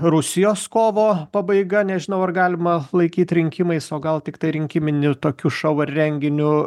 rusijos kovo pabaiga nežinau ar galima laikyt rinkimais o gal tiktai rinkiminių tokių šou renginiu